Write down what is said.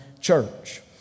Church